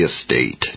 estate